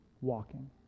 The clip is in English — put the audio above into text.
walking